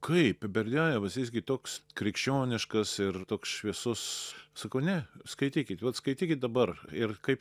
kaip berdiajevas jis gi toks krikščioniškas ir toks šviesus sakau ne skaitykit vat skaitykit dabar ir kaip